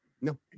no